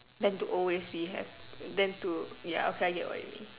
than to always be hap than to ya okay I get what you mean